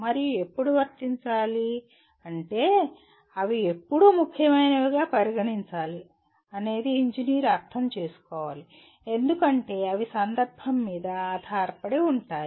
మరియు ఎప్పుడు వర్తించాలి అవి ఎప్పుడు ముఖ్యమైనవిగా పరిగణించాలి అనేది ఇంజనీర్ అర్థం చేసుకోవాలి ఎందుకంటే అవి సందర్భం మీద ఆధారపడి ఉంటాయి